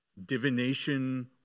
divination